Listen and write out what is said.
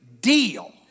deal